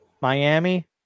Miami